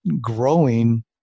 growing